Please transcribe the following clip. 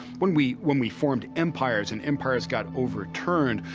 when we, when we formed empires and empires got overturned,